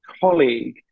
colleague